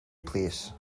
plîs